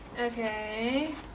okay